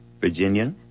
Virginia